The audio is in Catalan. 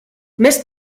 més